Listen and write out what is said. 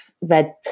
read